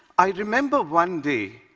i remember one day,